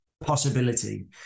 possibility